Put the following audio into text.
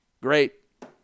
Great